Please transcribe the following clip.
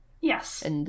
Yes